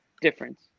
difference